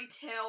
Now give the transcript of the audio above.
tale